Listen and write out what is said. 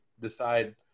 decide